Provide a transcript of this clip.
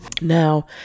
Now